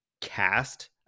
cast